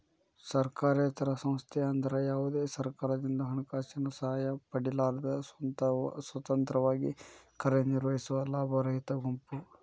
ಸರ್ಕಾರೇತರ ಸಂಸ್ಥೆ ಅಂದ್ರ ಯಾವ್ದೇ ಸರ್ಕಾರದಿಂದ ಹಣಕಾಸಿನ ಸಹಾಯ ಪಡಿಲಾರ್ದ ಸ್ವತಂತ್ರವಾಗಿ ಕಾರ್ಯನಿರ್ವಹಿಸುವ ಲಾಭರಹಿತ ಗುಂಪು